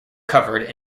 covered